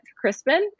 Crispin